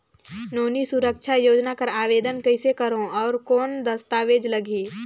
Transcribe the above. नोनी सुरक्षा योजना कर आवेदन कइसे करो? और कौन दस्तावेज लगही?